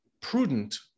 prudent